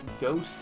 ghost